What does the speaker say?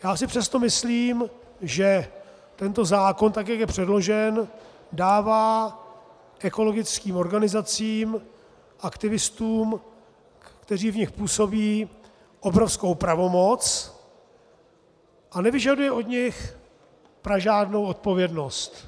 Já si přesto myslím, že tento zákon, tak jak je předložen, dává ekologickým organizacím, aktivistům, kteří v nich působí, obrovskou pravomoc a nevyžaduje od nich pražádnou odpovědnost.